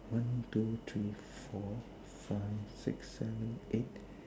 one two three four five six seven eight